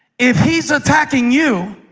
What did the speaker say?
if he's attacking you,